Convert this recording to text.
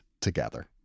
together